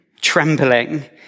trembling